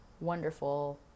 wonderful